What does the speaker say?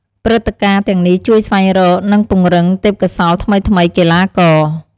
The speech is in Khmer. ព្រឹត្តិការណ៍ទាំងនេះជួយស្វែងរក និងពង្រឹងទេពកោសល្យថ្មីៗកីឡាករ។